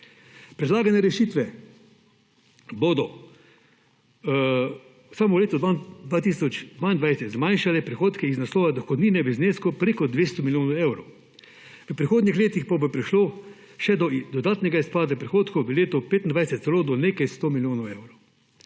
Predlagane rešitve bodo samo v letu 2022 zmanjšale prihodke iz naslova dohodnine v znesku prek 200 milijonov evrov. V prihodnjih letih pa bo prišlo še do dodatnega izpada prihodkov, v letu 2025 celo do nekaj 100 milijonov evrov.